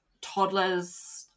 toddlers